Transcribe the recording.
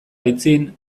aitzin